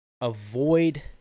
Avoid